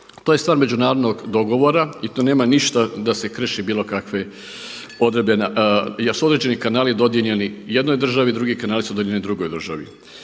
To je stvar međunarodnog dogovora i to nema ništa da se krši bilo kakve odredbe jer su određeni kanali dodijeljeni jednoj državi, drugi kanali su dodijeljeni drugoj državi.